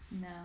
no